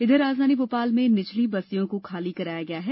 इधर राजधानी भोपाल में निचली बस्तियों को खाली कराया गया है